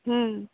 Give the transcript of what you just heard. ହୁଁ